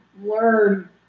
learn